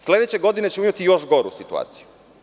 Sledeće godine ćemo imati još goru situaciju.